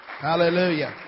Hallelujah